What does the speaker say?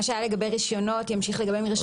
מה שהיה לגבי רישיונות ימשיך לגבי מרשמים.